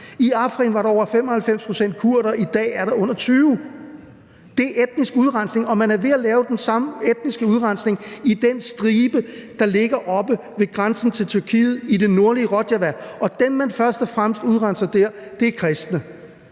I Afrin var der over 95 pct. kurdere – i dag er der under 20 pct. Det er etnisk udrensning, og man er ved at lave den samme etniske udrensning i den stribe, der ligger oppe ved grænsen til Tyrkiet i det nordlige Rojava, og dem, man først og fremmest udrenser der, er kristne.